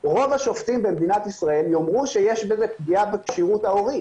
רוב השופטים במדינת ישראל יגידו שיש בזה פגיעה בכשירות ההורית.